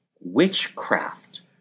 witchcraft